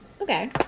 Okay